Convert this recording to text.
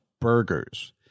burgers